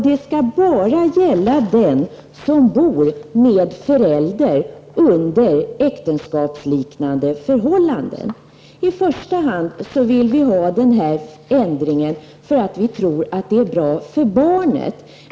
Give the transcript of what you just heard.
Den skall bara gälla dem som bor med förälder under äktenskapsliknande förhållanden. I första hand vill vi ha den här ändringen eftersom vi tror att det är bra för barnet.